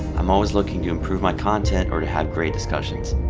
i'm always looking to improve my content or to have great discussions.